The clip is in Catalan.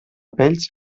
pells